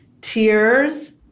tears